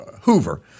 Hoover